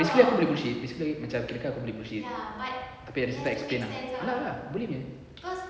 ni semua aku boleh bullshit ni semua macam kira kan aku boleh bullshit tapi to a certain extent ah block ah boleh nya